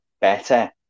better